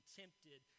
tempted